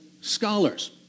scholars